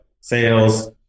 sales